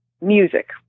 music